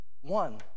one